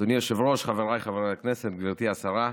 אדוני היושב-ראש, חבריי חברי הכנסת, גברתי השרה,